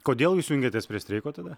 kodėl jūs jungiatės prie streiko tada